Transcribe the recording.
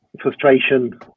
Frustration